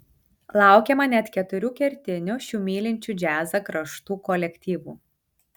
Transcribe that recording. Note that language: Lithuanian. laukiama net keturių kertinių šių mylinčių džiazą kraštų kolektyvų